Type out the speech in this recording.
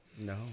No